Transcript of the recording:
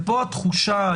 ופה התחושה,